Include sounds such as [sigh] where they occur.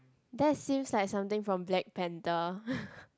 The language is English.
that seems like something from Black-Panther [laughs]